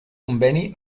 conveni